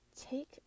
take